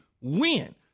win